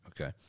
Okay